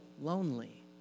lonely